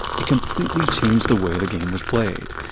it completely changed the way the game was played.